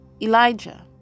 Elijah